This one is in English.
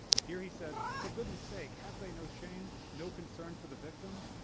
here he says for goodness sake! have they no shame, no concern for the victims,